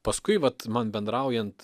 paskui vat man bendraujant